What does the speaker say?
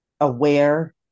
aware